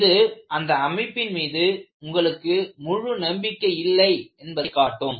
இது அந்த அமைப்பின் மீது உங்களுக்கு முழு நம்பிக்கை இல்லை என்பதை காட்டும்